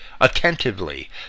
attentively